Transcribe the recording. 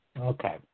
Okay